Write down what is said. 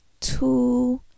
two